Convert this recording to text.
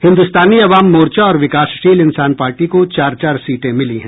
हिन्दुस्तानी आवाम मोर्चा और विकासशील इंसान पार्टी को चार चार सीटें मिली हैं